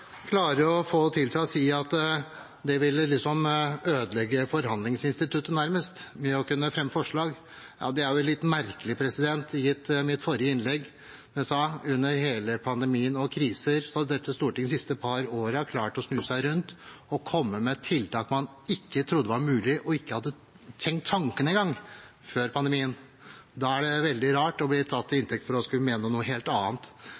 å få seg til å si at det nærmest vil ødelegge forhandlingsinstituttet når man fremmer forslag, er det litt merkelig gitt mitt forrige innlegg. Jeg sa at under hele pandemien og kriser har dette Stortinget de siste par årene klart å snu seg rundt og komme med tiltak man ikke trodde var mulig, man hadde ikke engang tenkt tanken før pandemien. Da er det veldig rart å bli tatt til inntekt for å skulle mene noe helt annet.